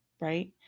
right